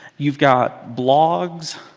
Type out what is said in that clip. you've got blogs.